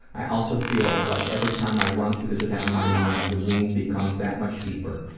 i also feel like every time i run through this event and my mind the wound becomes that much deeper.